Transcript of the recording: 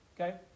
Okay